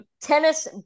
tennis